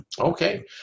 Okay